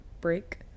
break